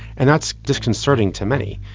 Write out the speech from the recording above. and that's disconcerting to many.